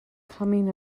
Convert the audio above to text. coming